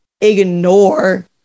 ignore